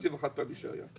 בתקציב החד פעמי שהיה.